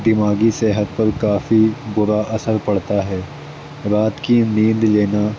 دماغی صحت پر کافی برا اثر پڑتا ہے رات کی نیند لینا